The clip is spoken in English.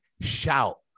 shout